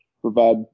provide